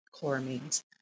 chloramines